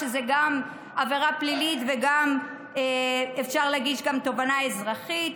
שזה גם עבירה פלילית וגם אפשר להגיש תובענה אזרחית,